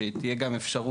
אנחנו רוצים שתהיה אפשרות,